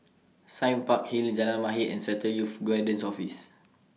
Sime Park Hill Jalan Mahir and Central Youth Guidance Office